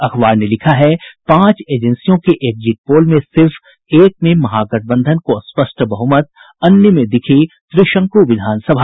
अखबार ने लिखा है पांच एजेंसियों के एक्जिट पोल में सिर्फ एक में महागठबंधन को स्पष्ट बहुमत अन्य में दिखी त्रिशंकु विधानसभा